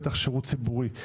בטח שירות ציבורי.